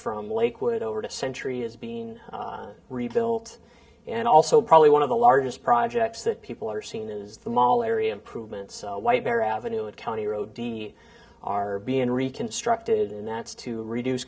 from lakewood over to century is being rebuilt and also probably one of the largest projects that people are seeing is the mall area improvements white bear avenue and county road are being reconstructed and that's to reduce